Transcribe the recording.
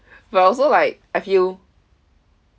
but also like I feel